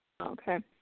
okay